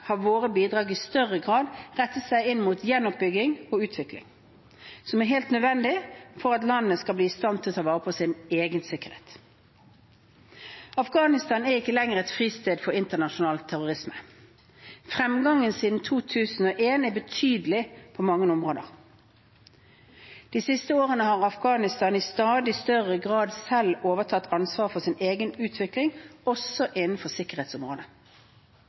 har våre bidrag i større grad rettet seg inn mot gjenoppbygging og utvikling, som er helt nødvendig for at landet skal bli i stand til å ta vare på egen sikkerhet. Afghanistan er ikke lenger et fristed for internasjonal terrorisme. Fremgangen siden 2001 er betydelig på mange områder. De siste årene har Afghanistan i stadig større grad selv overtatt ansvaret for sin egen utvikling, også innenfor sikkerhetsområdet.